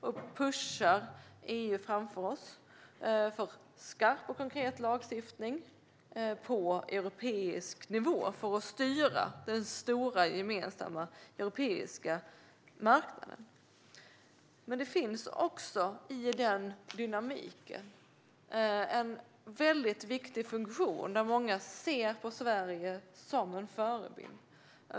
Vi pushar EU framför oss för skarp och konkret lagstiftning på europeisk nivå som ska styra den stora gemensamma europeiska marknaden. Det finns en väldigt viktig funktion i den dynamiken. Många ser Sverige som en förebild.